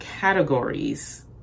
categories